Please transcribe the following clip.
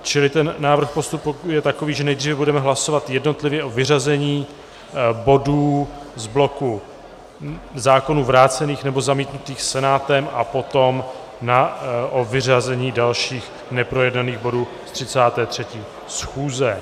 Čili návrh postupu je takový, že nejdříve budeme hlasovat jednotlivě o vyřazení bodů z bloku zákonů vrácených nebo zamítnutých Senátem a potom o vyřazení dalších neprojednaných bodů z 33. schůze.